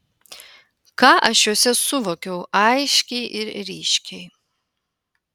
ką aš juose suvokiau aiškiai ir ryškiai